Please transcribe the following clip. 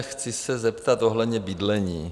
Chci se zeptat ohledně bydlení.